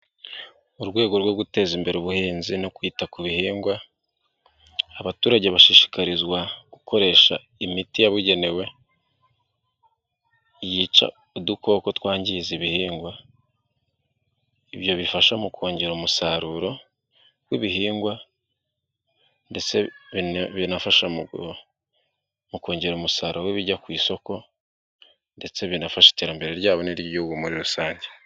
Mu rwego rwo guteza imbere ubuhinzi no kwita ku bihingwa, abaturage bashishikarizwa gukoresha imiti yabugenewe yica udukoko twangiza ibihingwa. Ibyo bifasha mu kongera umusaruro w'ibihingwa ndetse binafasha mu kongera umusaruro w'ibijya ku isoko ndetse binafasha iterambere ryabo niry'igihugu muri rusange.